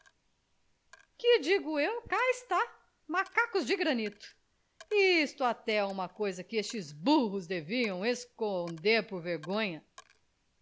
que digo eu cá está macacos de granito isto até é uma coisa que estes burros deviam esconder por vergonha